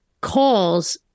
calls